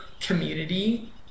community